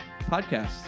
Podcast